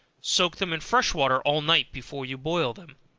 soak them in fresh water all night before you boil them.